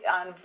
on